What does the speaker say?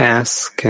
ask